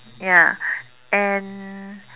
ya and